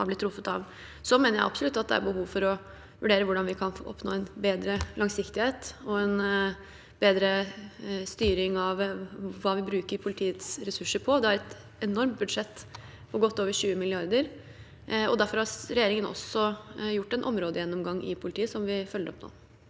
Jeg mener absolutt at det er behov for å vurdere hvordan vi kan oppnå en bedre langsiktighet og en bedre styring av hva vi bruker politiets ressurser på. Det er et enormt budsjett – godt over 20 mrd. kr – og derfor har regjeringen også gjort en områdegjennomgang i politiet, som vi følger opp nå.